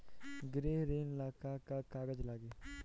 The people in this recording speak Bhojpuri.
गृह ऋण ला का का कागज लागी?